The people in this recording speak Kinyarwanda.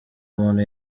umuntu